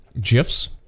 GIFs